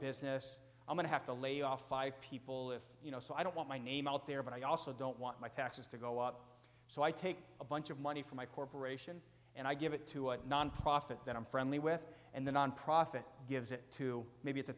business i'm going to have to lay off five people if you know so i don't want my name out there but i also don't want my taxes to go up so i take a bunch of money from my corporation and i give it to a nonprofit that i'm friendly with and the nonprofit gives it to maybe it's